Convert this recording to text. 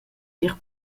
tier